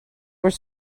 were